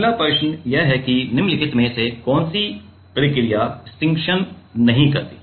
अगला प्रश्न यह है कि निम्नलिखित में से कौन सी प्रक्रिया स्टिक्शन नहीं करती